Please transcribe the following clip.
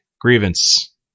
grievance